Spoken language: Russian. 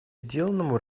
сделанному